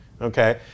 Okay